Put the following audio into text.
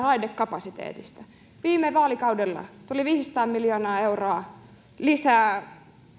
raidekapasiteetista viime vaalikaudella tuli viisisataa miljoonaa euroa lisää